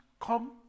come